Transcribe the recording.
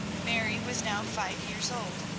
mary was now five years old,